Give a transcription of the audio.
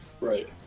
Right